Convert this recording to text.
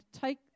take